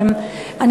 תודה רבה,